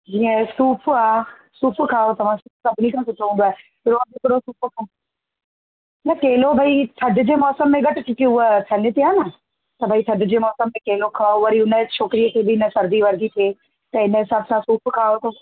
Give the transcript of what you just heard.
जीअं सूफ़ु आहे सूफ़ु खाओ तव्हां सूफ़ु सभिनी खां सुठो हूंदो आहे रोज़ु हिकिड़ो सूफ़ु खाओ न केलो भई थधि जे मौसम में घटि छो की हूअं थञ ते आहे न त भई थधि जे मौसम में केलो खाओ वरी हुन छोकिरीअ खे बि न सर्दी वर्दी थिए त हिन हिसाब सां सूफ़ु खाओ